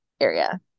area